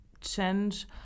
change